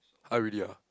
!huh! really ah